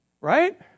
Right